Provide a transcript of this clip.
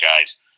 guys